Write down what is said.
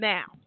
Now